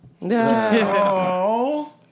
No